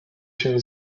się